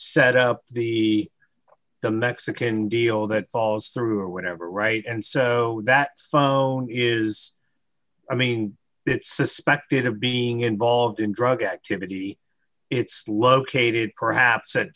set up the the mexican deal that falls through or whatever right and so that phone is i mean it's suspected of being involved in drug activity it's located perhaps